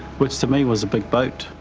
which to me was a big boat,